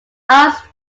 asked